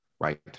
Right